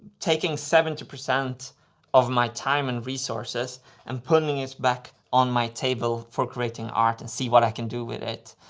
taking seventy percent of my time and resources and putting it back on my table for creating art and see what i can do with it.